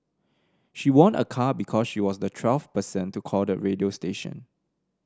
she won a car because she was the twelfth person to call the radio station